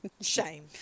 Shame